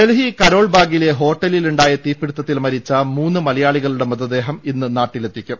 ഡൽഹി കരോൾബാഗിലെ ഹോട്ടലിലുണ്ടായ തീപിടുത്തത്തിൽ മരിച്ച മൂന്ന് മലയാളികളുടെ മൃതദേഹം ഇന്ന് നാട്ടിലെത്തിക്കും